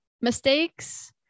mistakes